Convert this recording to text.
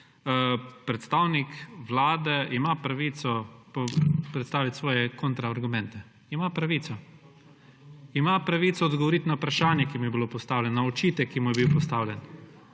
Predstavnik Vlade ima pravico predstaviti svoje kontra argumente. Ima pravico. Ima pravico odgovoriti na vprašanje, ki mu je bilo postavljeno, na očitek, ki mu je bil postavljen.